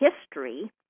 history